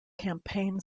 campaign